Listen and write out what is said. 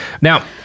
Now